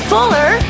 Fuller